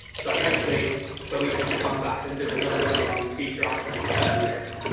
so hopefully when we can come back and do another webinar in the future, i can confirm this.